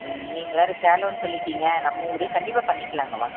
ம் நீங்கள் வேறு சேலம்னு சொல்லிவிட்டிங்க நம்ம ஊர் கண்டிப்பாக பண்ணிக்கலாங்க வாங்க